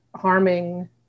harming